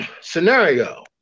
scenario